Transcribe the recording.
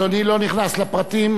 אדוני לא נכנס לפרטים.